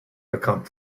become